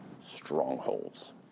Strongholds